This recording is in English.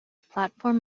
platforms